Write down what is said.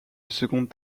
second